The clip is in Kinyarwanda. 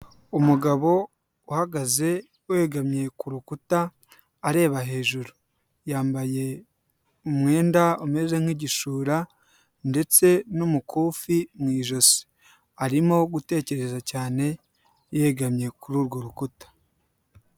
Umugabo uhagaze wegamiye ku rukuta areba hejuru, yambaye umwenda umeze nk'igishura ndetse n'umukufi mu ijosi, arimo gutekereza cyane yegamiye kuri urwo rukuta.